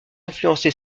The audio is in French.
influencé